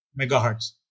megahertz